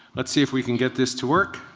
let's see if we can get this to work.